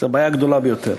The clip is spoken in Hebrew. זו הבעיה הגדולה ביותר.